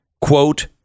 quote